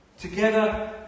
together